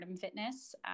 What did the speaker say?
fitness